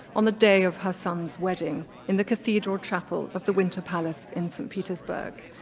on the day of her son's wedding in the cathedral chapel of the winter palace in saint petersburg.